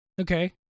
Okay